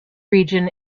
region